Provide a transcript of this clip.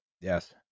Yes